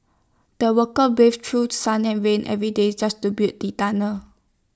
the workers braved through sun and rain every day just to build the tunnel